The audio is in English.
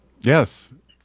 yes